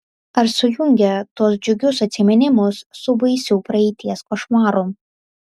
ar sujungė tuos džiugius atsiminimus su baisiu praeities košmaru